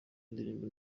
w’indirimbo